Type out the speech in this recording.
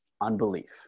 unbelief